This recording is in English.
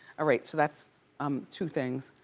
right, so that's um two things.